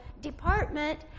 department